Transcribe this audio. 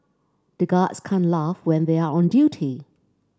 the guards can't laugh when they are on duty